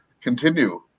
continue